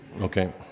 Okay